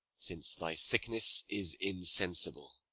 since thy sickness is insensible.